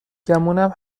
گمونم